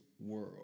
world